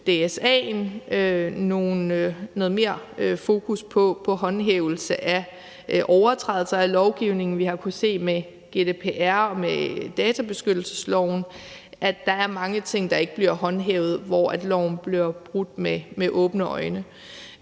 DSA'en noget mere fokus på håndhævelse af overtrædelser af lovgivningen. Vi har kunnet se med GDPR og med databeskyttelsesloven, at der er mange ting, der ikke bliver håndhævet, og hvor loven blev brudt med åbne øjne.